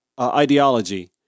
ideology